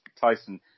Tyson